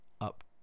up